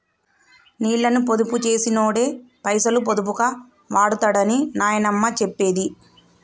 నీళ్ళని పొదుపు చేసినోడే పైసలు పొదుపుగా వాడుతడని నాయనమ్మ చెప్పేది